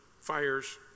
fires